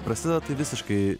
prasideda tai visiškai